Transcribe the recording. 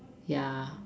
ya